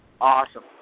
awesome